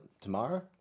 tomorrow